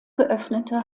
geöffnete